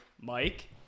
Mike